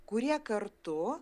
kurie kartu